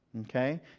Okay